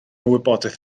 wybodaeth